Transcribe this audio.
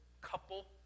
couple